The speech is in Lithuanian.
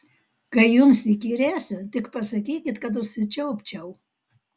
kai jums įkyrėsiu tik pasakykit kad užsičiaupčiau